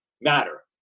matter